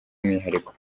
umwihariko